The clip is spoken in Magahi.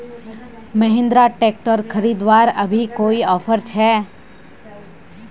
महिंद्रा ट्रैक्टर खरीदवार अभी कोई ऑफर छे?